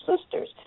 sisters